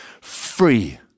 free